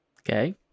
Okay